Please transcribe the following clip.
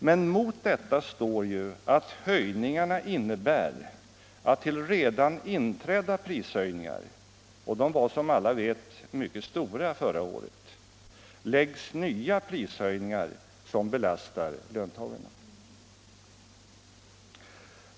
Men mot detta står att höjningarna ju innebär att till redan inträdda prishöjningar — och de var som alla vet mycket stora förra året — läggs nya, som belastar löntagarna.